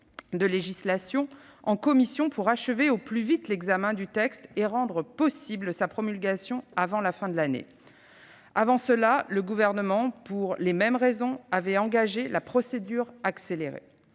de législation en commission pour achever au plus vite l'examen du texte et rendre possible sa promulgation avant la fin de l'année. Avant cela, le Gouvernement, pour les mêmes raisons, avait engagé la procédure accélérée.